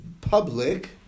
public